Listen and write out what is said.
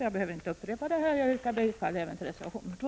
Jag yrkar bifall även till reservation 2.